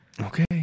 Okay